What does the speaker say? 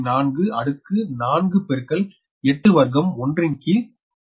4 அடுக்கு 4 பெருக்கல் 8 வர்க்கம் 1 ன் கீழ் 9